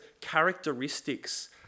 characteristics